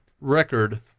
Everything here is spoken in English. record